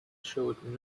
showed